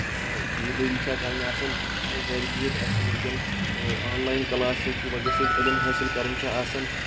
کانٛہہ خٔریٖدٲری چھا کرٕنۍ آسن چاہے گرِ بِہِتھ آسہِ وُنکیٚن آنلاین کلاسُو کہِ وجہ سۭتۍ علم حٲصِل کران چھ آسن